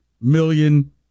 million